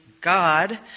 God